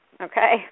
Okay